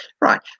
right